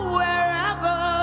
wherever